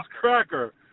cracker